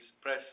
press